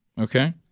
Okay